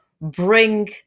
bring